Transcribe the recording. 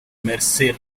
mercer